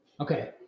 Okay